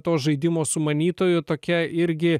to žaidimo sumanytojų tokia irgi